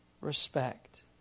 respect